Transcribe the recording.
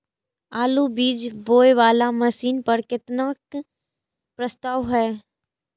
आलु बीज बोये वाला मशीन पर केतना के प्रस्ताव हय?